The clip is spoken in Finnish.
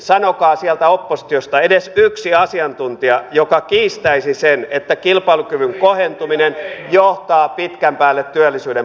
sanokaa sieltä oppositiosta edes yksi asiantuntija joka kiistäisi sen että kilpailukyvyn kohentuminen johtaa pitkän päälle työllisyyden parantumiseen